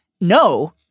no